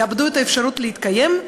יאבדו את האפשרות להתקיים,